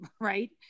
right